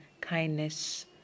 kindness